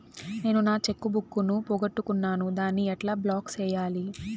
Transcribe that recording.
నేను నా cheque book ను పోగొట్టుకున్నాను దాన్ని ఎట్లా బ్లాక్ సేయాలి?